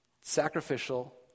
Sacrificial